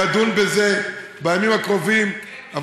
ידון בזה בימים הקרובים.